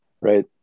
Right